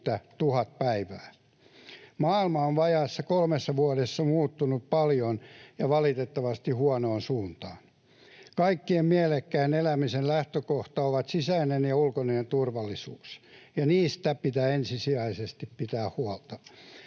Maailma on vajaassa kolmessa vuodessa muuttunut paljon ja valitettavasti huonoon suuntaan. Kaiken mielekkään elämisen lähtökohta on sisäinen ja ulkoinen turvallisuus, ja niistä pitää ensisijaisesti pitää huolta